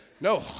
No